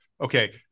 okay